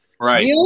Right